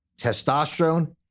testosterone